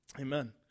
Amen